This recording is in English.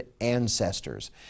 ancestors